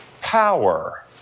power